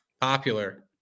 popular